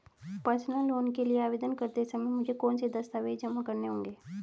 Personal loan के लिए आवेदन करते समय मुझे कौन से दस्तावेज़ जमा करने होंगे?